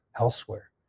elsewhere